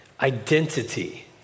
Identity